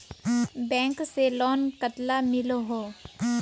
Bank से loan कतला मिलोहो?